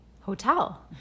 Hotel